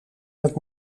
het